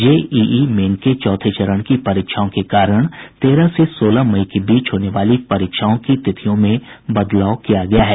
JEE Main के चौथे चरण की परीक्षाओं के कारण तेरह से सोलह मई के बीच होने वाली परीक्षाओं की तिथियों में बदलाव किया गया है